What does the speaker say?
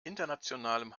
internationalem